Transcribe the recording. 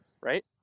Right